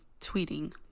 tweeting